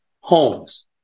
homes